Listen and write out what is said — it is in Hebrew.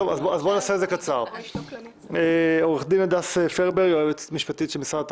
נשמע את היועצת המשפטית של משרד התרבות.